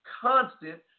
constant